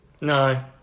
No